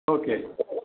okay